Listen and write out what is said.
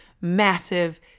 massive